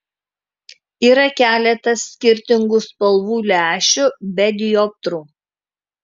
yra keletas skirtingų spalvų lęšių be dioptrų